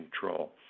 control